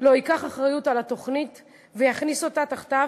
ייקח אחריות על התוכנית ויכניס אותה תחתיו,